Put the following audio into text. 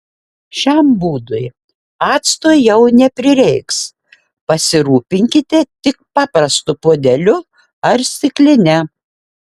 šiam būdui acto jau neprireiks pasirūpinkite tik paprastu puodeliu ar stikline